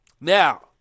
Now